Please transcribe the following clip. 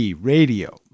radio